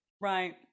Right